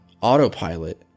autopilot